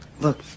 Look